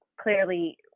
clearly